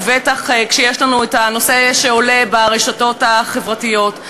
ובטח כשיש לנו הנושא שעולה ברשתות החברתיות.